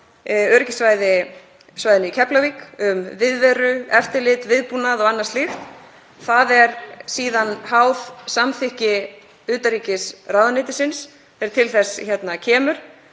öryggissvæðinu í Keflavík, um viðveru, eftirlit, viðbúnað og annað slíkt. Það er síðan háð samþykki utanríkisráðuneytisins þegar til þess kemur